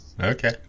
Okay